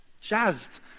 jazzed